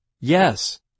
Yes